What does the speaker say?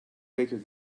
baker